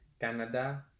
Canada